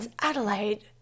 Adelaide –